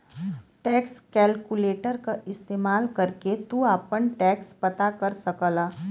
tax calculator क इस्तेमाल करके तू आपन टैक्स पता कर सकला